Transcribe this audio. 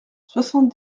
soixante